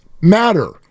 matter